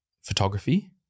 photography